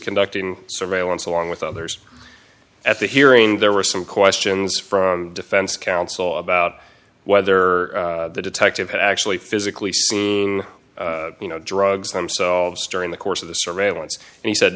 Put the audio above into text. conducting surveillance along with others at the hearing there were some questions from defense counsel about whether the detective had actually physically seen you know drugs themselves during the course of the surveillance and he said